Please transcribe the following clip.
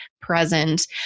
present